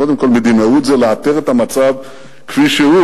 קודם כול, מדינאות זה לאתר את המצב כפי שהוא.